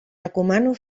recomano